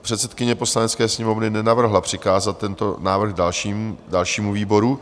Předsedkyně Poslanecké sněmovny nenavrhla přikázat tento návrh dalšímu výboru.